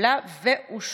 התקבלה ואושרה.